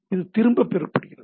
இது திரும்பப் பெறுகிறது